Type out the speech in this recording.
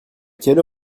quelle